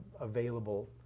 available